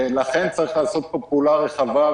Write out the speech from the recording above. לכן צריך לעשות פה פעולה רחבה.